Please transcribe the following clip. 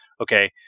Okay